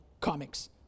comics